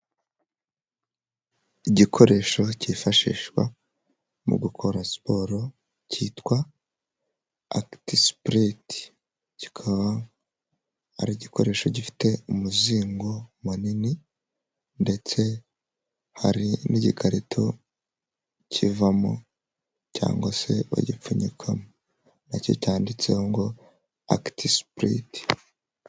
Igikoresho kifashishwa mu gukora siporo kitwa akitisipuriti, kikaba ari igikoresho gifite umuzingo munini ndetse hari n'igikarito kivamo cyangwa se bagipfunyikamo, nacyo cyanditseho ngo akitisipuriti.